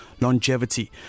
longevity